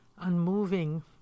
unmoving